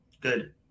Good